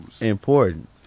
important